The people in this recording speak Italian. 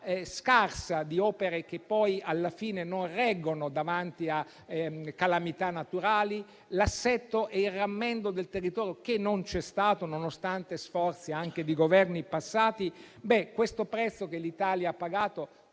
qualità di opere, che poi alla fine non reggono davanti alle calamità naturali. L'assetto e il rammendo del territorio non ci sono stati, nonostante gli sforzi anche dei Governi passati. Questo prezzo che l'Italia ha pagato